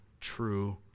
true